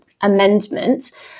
Amendment